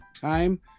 time